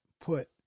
put